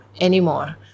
anymore